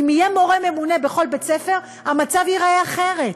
אם יהיה מורה ממונה בכל בית-ספר המצב ייראה אחרת,